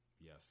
Yes